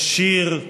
יש שיר,